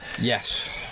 yes